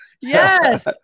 Yes